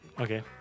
Okay